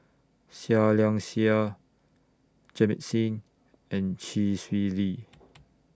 Seah Liang Seah Jamit Singh and Chee Swee Lee